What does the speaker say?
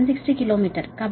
కాబట్టి మీకు j4